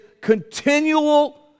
continual